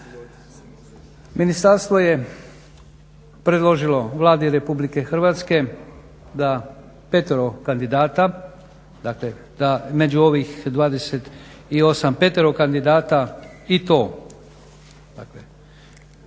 Ministarstvo je predložilo Vladi RH da petero kandidata među ovih 28 petero kandidat i to